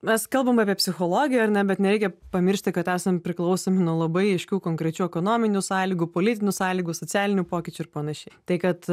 mes kalbam apie psichologiją ar ne bet nereikia pamiršti kad esam priklausomi nuo labai aiškių konkrečių ekonominių sąlygų politinių sąlygų socialinių pokyčių ir panašiai tai kad